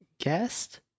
Guest